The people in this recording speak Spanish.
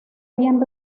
bien